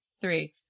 three